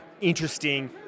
interesting